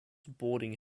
boarding